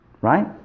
Right